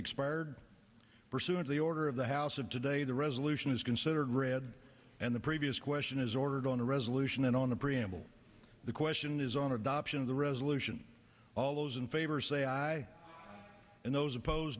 expired pursuant to the order of the house of today the resolution is considered read and the previous question is ordered on a resolution and on the preamble the question is on adoption of the resolution all those in favor say aye and those oppose